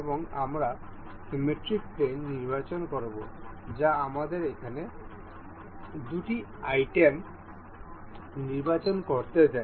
এবং আমরা symmetric plane নির্বাচন করব যা আমাদের এখানে দুটি আইটেম নির্বাচন করতে দেয়